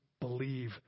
believe